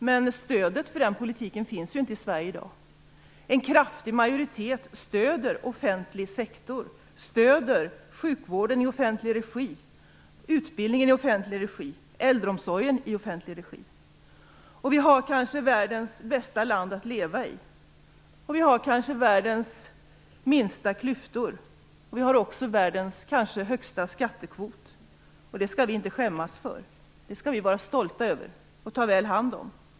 Men stödet för den politiken finns ju inte i Sverige i dag. En kraftig majoritet stöder den offentliga sektorn, stöder sjukvården, utbildningen och äldreomsorgen i offentlig regi. Vi har kanske världens bästa land att leva i. Vi har kanske världens minsta klyftor. Vi har också världens kanske högsta skattekvot. Det skall vi inte skämmas för. Det skall vi vara stolta över och ta väl hand om.